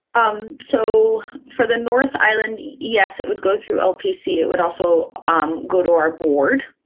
um so for the north island yes, it would go through lpc. it would also um go to our board